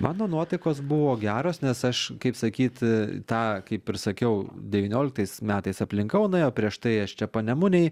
mano nuotaikos buvo geros nes aš kaip sakyt tą kaip ir sakiau devynioliktais metais aplink kauną ėjau prieš tai aš čia panemunėj